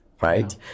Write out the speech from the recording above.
right